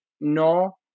no